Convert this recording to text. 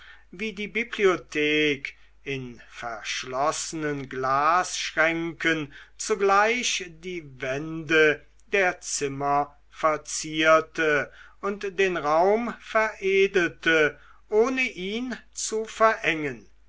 wie die bibliothek in verschlossenen glasschränken zugleich die wände der zimmer verzierte und den raum veredelte ohne ihn zu verengen